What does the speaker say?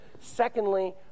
Secondly